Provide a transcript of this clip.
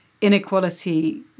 inequality